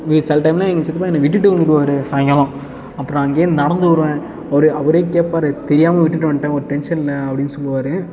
இது சில டைம்லாம் எங்கள் சித்தப்பா என்ன விட்டுட்டு வந்துருவாரு சாயங்காலம் அப்புறம் அங்கேந்து நடந்து வருவேன் அவர் அவரே கேட்பாரு தெரியாமல் விட்டுட்டு வந்துட்டேன் ஒரு டென்ஷனில் அப்படினு சொல்லுவார்